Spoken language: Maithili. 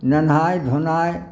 नहेनाइ धोनाइ